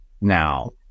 now